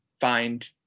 find